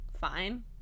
fine